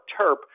TERP